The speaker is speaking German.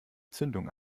zündung